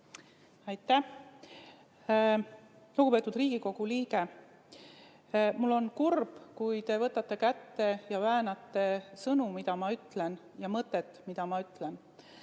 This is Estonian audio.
Aitäh, lugupeetud Riigikogu liige! Ma olen kurb, et te võtate kätte ja väänate sõnu, mida ma ütlen, ja mõtet, mida ma ütlen.